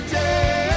day